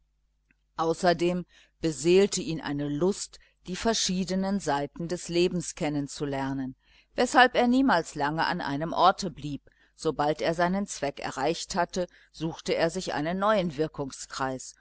außerdem beseelte ihn eine lust die verschiedenen seiten des lebens kennen zu lernen weshalb er niemals lange an einem orte blieb sobald er seinen zweck erreicht hatte suchte er sich einen neuen wirkungskreis